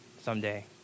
someday